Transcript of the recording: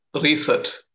reset